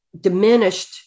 diminished